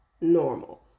normal